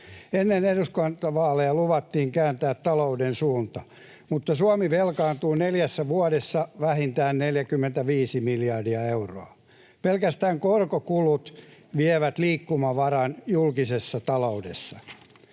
Ennen eduskuntavaaleja luvattiin kääntää talouden suunta, mutta Suomi velkaantuu neljässä vuodessa vähintään 45 miljardia euroa. Pelkästään korkokulut vievät liikkumavaran julkisessa taloudessa.